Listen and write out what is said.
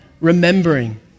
remembering